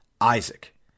Isaac